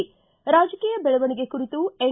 ಿ ರಾಜಕೀಯ ಬೆಳವಣಿಗೆ ಕುರಿತು ಎನ್